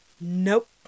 Nope